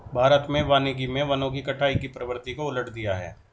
भारत में वानिकी मे वनों की कटाई की प्रवृत्ति को उलट दिया है